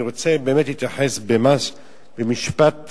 אני רוצה באמת להתייחס ממש במשפט,